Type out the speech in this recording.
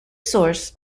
source